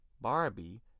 Barbie